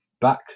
back